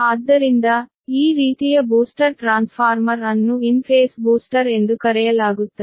ಆದ್ದರಿಂದ ಈ ರೀತಿಯ ಬೂಸ್ಟರ್ ಟ್ರಾನ್ಸ್ಫಾರ್ಮರ್ ಅನ್ನು ಇನ್ ಫೇಸ್ ಬೂಸ್ಟರ್ ಎಂದು ಕರೆಯಲಾಗುತ್ತದೆ